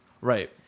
Right